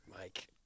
Mike